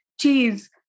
cheese